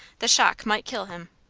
the shock might kill him.